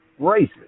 racist